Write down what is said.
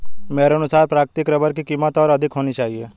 मेरे अनुसार प्राकृतिक रबर की कीमत और अधिक होनी चाहिए